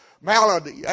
malady